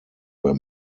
were